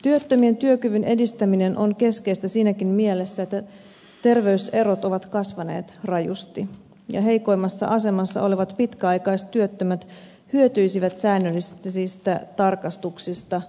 työttömien työkyvyn edistäminen on keskeistä siinäkin mielessä että terveyserot ovat kasvaneet rajusti ja heikoimmassa asemassa olevat pitkäaikaistyöttömät hyötyisivät säännöllisistä tarkastuksista eniten